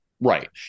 Right